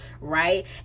right